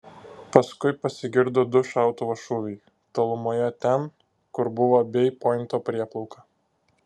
paskui pasigirdo du šautuvo šūviai tolumoje ten kur buvo bei pointo prieplauka